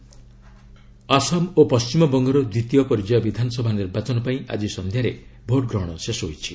election Assam ଓ ପଣ୍ଟିମବଙ୍ଗର ଦ୍ୱିତୀୟ ପର୍ଯ୍ୟାୟ ବିଧାନସଭା ନିର୍ବାଚନ ପାଇଁ ଆକି ସନ୍ଧ୍ୟାରେ ଭୋଟ୍ ଗ୍ରହଣ ଶେଷ ହୋଇଛି